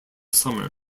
summer